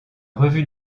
revue